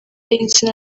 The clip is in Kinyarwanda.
y’insina